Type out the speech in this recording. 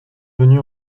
venu